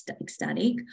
ecstatic